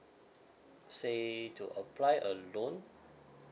say to apply a loan